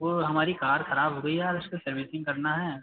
और हमारी कार खराब हो गई है यार उसकी सर्विसिंग करना है